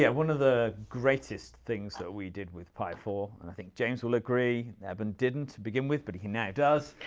yeah one of the greatest things that we did with pi four, and i think james will agree, eben didn't to begin with, but he now does,